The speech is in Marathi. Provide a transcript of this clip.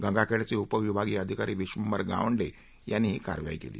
गंगाखेडचे उपविभागीय अधिकारी विश्वभर गावंडे यांनी ही कारवाई केली